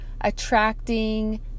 attracting